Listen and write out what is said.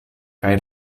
kaj